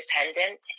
independent